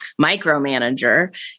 micromanager